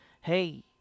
hey